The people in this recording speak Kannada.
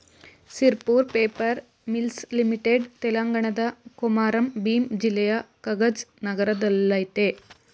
ಸಿರ್ಪುರ್ ಪೇಪರ್ ಮಿಲ್ಸ್ ಲಿಮಿಟೆಡ್ ತೆಲಂಗಾಣದ ಕೊಮಾರಂ ಭೀಮ್ ಜಿಲ್ಲೆಯ ಕಗಜ್ ನಗರದಲ್ಲಯ್ತೆ